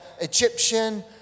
Egyptian